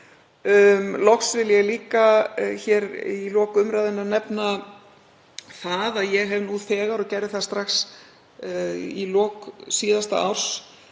Loks vil ég líka hér í lok umræðunnar nefna það að ég hef nú þegar, og gerði það strax í lok síðasta árs,